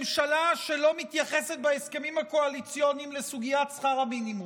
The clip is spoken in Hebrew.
ממשלה שלא מתייחסת בהסכמים הקואליציוניים לסוגית שכר המינימום,